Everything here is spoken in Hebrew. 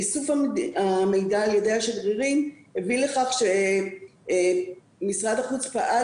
איסוף המידע על ידי השגרירים הביא לכך שמשרד החוץ פעל